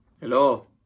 Hello